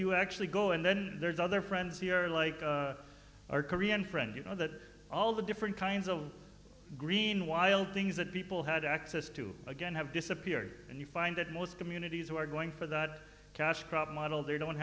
you actually go and then there's other friends here like our korean friend you know that all the different kinds of green wild things that people had access to again have disappeared and you find that most communities who are going for that cash crop model they don't